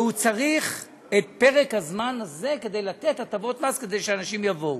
והוא צריך את פרק הזמן הזה כדי לתת הטבות מס כדי שאנשים יבואו.